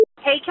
Hey